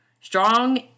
Strong